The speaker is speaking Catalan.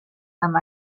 amb